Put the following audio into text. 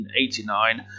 1989